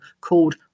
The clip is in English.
called